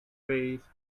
weighs